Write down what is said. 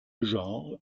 genre